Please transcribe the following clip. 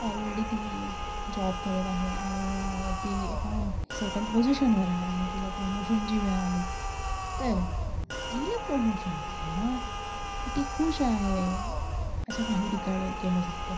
already ती job करत आहे आणि ती एका सटन पोझिशनवर आहे आणि तिला प्रमोशन जी वेळ आली तर स्त्रीला प्रमोशन का ती टी खूश आहे असं काही ठिकाणी केलं जातं